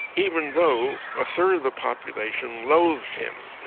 even though a third of the population loathe him,